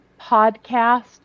podcast